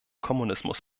kommunismus